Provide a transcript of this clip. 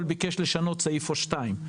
אבל ביקש לשנות סעיף או שניים.